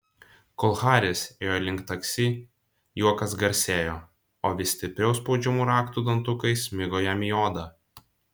kol haris ėjo link taksi juokas garsėjo o vis stipriau spaudžiamų raktų dantukai smigo jam į odą